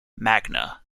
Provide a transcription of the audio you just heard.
magna